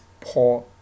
poor